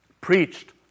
preached